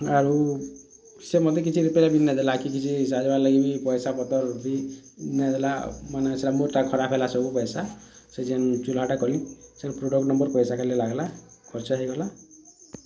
ଆରୁ ସେ ମତେ କିଛି ରିପ୍ୟାରିଙ୍ଗ୍ ନାଇ ଦେଲା ସାହାଯ୍ୟ ପାଇଁ ବି କିଛି ପଇସା ପତର୍ ନାଇ ଦେଲା ମାନେ ମୋର୍ ସବୁ ଖରାପ୍ ହେଲେ ପଇସା ସେ ଜେନ୍ ଚୁହ୍ଲାଟା କଲି ପ୍ରଡକ୍ଟ ନମ୍ୱର୍ ପଇସା ଖାଲି ଲାଗ୍ଲା ଖର୍ଚ୍ଚ ହେଇଗଲା